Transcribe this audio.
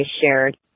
shared